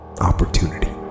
opportunity